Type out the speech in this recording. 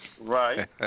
Right